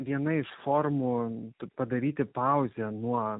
viena iš formų padaryti pauzę nuo